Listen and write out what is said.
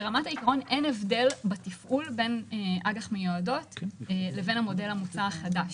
אין הבדל בתפעול בין אג"ח מיועדות לבין המודל המוצע החדש,